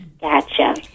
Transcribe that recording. Gotcha